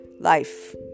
life